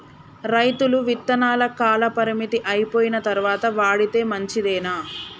రైతులు విత్తనాల కాలపరిమితి అయిపోయిన తరువాత వాడితే మంచిదేనా?